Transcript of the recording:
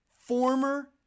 former